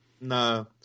No